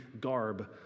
garb